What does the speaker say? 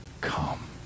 come